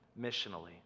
missionally